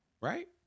Right